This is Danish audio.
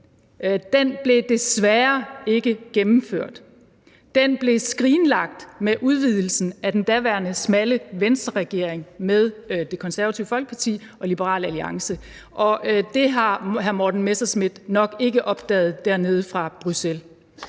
blev desværre ikke gennemført, den blev skrinlagt med udvidelsen af den daværende smalle Venstreregering med Det Konservative Folkeparti og Liberal Alliance. Men det har hr. Morten Messerschmidt nok ikke opdaget dernede fra Bruxelles.